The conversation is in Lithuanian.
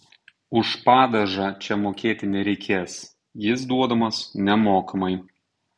už padažą čia mokėti nereikės jis duodamas nemokamai